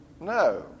No